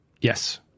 Yes